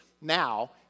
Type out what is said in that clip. now